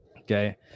Okay